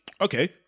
Okay